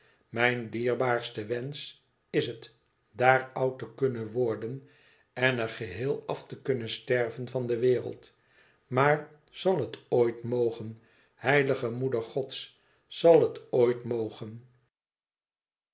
mijn dierbaarste wensch is het daar oud te kunnen worden en er geheel af te kunnen sterven van de wereld maar zal het ooit mogen heilige moeder gods zal het ooit mogen